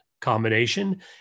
combination